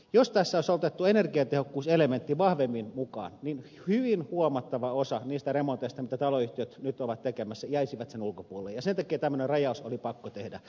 jos tässä olisi otettu energiatehokkuuselementti vahvemmin mukaan niin hyvin huomattava osa niistä remonteista mitä taloyhtiöt nyt ovat tekemässä jäisi sen ulkopuolelle ja sen takia tämmöinen rajaus oli pakko tehdä